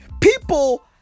People